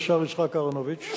השר יצחק אהרונוביץ.